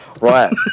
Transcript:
Right